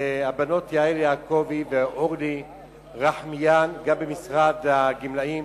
והבנות יעל יעקובי ואורלי רחמיאן ממשרד הגמלאים,